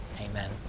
Amen